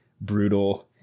brutal